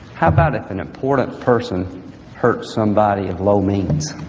how about if an important person hurt somebody in low means?